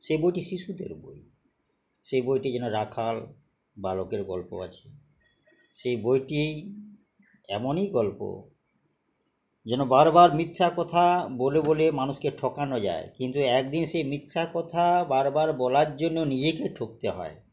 সেই বইটি শিশুদের বই সেই বইটি যেন রাখাল বালকের গল্প আছে সেই বইটি এমনই গল্প যেন বারবার মিথা কথা বলে বলে মানুষকে ঠগানো যায় কিন্তু একদিন সেই মিথ্যা কথা বারবার বলার জন্য নিজেকে ঠগতে হয়